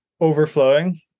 Overflowing